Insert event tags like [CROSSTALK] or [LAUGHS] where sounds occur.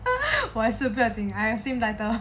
[LAUGHS] 我也是不用紧 I got same title